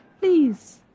please